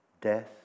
death